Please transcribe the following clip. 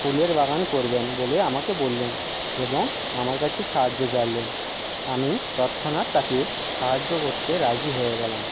ফুলের বাগান করবেন বলে আমাকে বললেন এবং আমার কাছে সাহায্য চাইলেন আমি তৎক্ষণাৎ তাকে সাহায্য করতে রাজি হয়ে গেলাম